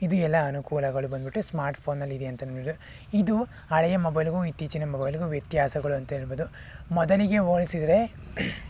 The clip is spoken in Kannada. ಇದು ಎಲ್ಲ ಅನುಕೂಲಗಳು ಬಂದ್ಬಿಟ್ಟು ಸ್ಮಾರ್ಟ್ ಫೋನಲ್ಲಿದೆ ಅಂತನ್ಬಿಟ್ಟು ಇದು ಹಳೆಯ ಮೊಬೈಲಿಗೂ ಇತ್ತೀಚಿನ ಮೊಬೈಲ್ಗೂ ವ್ಯತ್ಯಾಸಗಳು ಅಂತ ಹೇಳ್ಬೋದು ಮೊದಲಿಗೆ ಹೋಲ್ಸಿದ್ರೆ